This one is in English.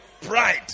Pride